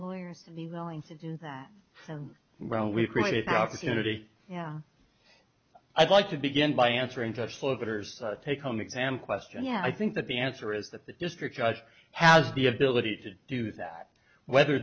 lawyers in the willing to do that and well we've created an opportunity yeah i'd like to begin by answering judge sluggers take home exam question yeah i think that the answer is that the district judge has the ability to do that whether